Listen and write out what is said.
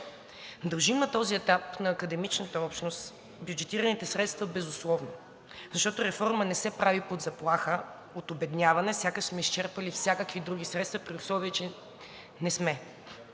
Дължим на този етап на академичната общност бюджетираните средства безусловно, защото реформа не се прави под заплаха от обедняване, сякаш сме изчерпали всякакви други средства, при условие че не сме.